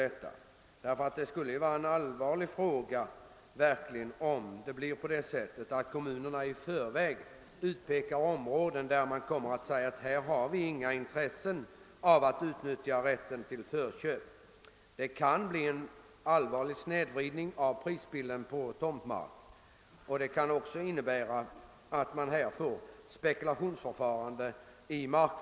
Det skulle ju vara allvarligt om kommunerna i förväg utpekar vissa områden som ointressanta då det gäller utnyttjande av rätten till förköp. Det skulle kunna bli en svår snedvridning av priserna på tomtmark, och det skulle också kunna innebära att det uppstod en icke önskad spekulation i mark.